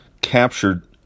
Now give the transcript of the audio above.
captured